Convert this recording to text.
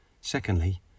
Secondly